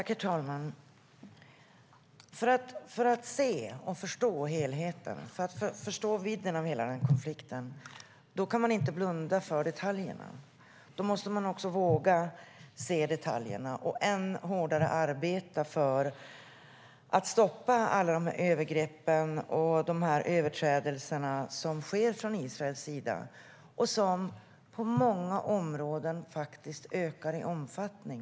Herr talman! För att se och förstå helheten och vidden av hela konflikten kan man inte blunda för detaljerna. Då måste man våga se detaljerna och än hårdare arbeta för att stoppa alla övergrepp och överträdelser som sker från Israels sida och som på många områden ökar i omfattning.